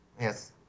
Yes